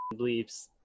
bleeps